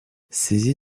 saisis